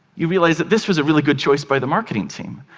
you realize that this was a really good choice by the marketing team.